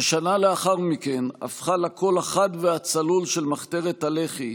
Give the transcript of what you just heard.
כשנה לאחר מכן הפכה לקול החד והצלול של מחתרת הלח"י